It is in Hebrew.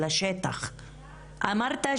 ואני אשמח